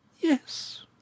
Yes